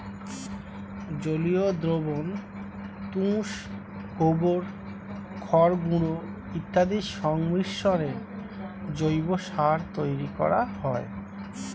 জলীয় দ্রবণ, তুষ, গোবর, খড়গুঁড়ো ইত্যাদির সংমিশ্রণে জৈব সার তৈরি করা হয়